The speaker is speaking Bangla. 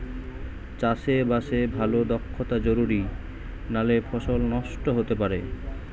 চাষে বাসে ভালো দক্ষতা জরুরি নালে ফসল নষ্ট হতে পারে